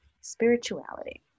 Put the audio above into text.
spirituality